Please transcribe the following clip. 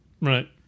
right